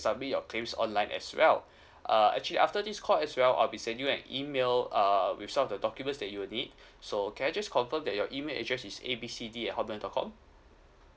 submit your claims online as well uh actually after this call as well I'll send you an email uh resolve the documents that you'll need so can I just confirm that your email address is A B C D at hotmail dot com